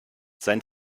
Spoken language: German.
sein